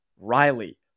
Riley